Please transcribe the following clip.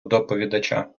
доповідача